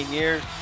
years